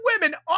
women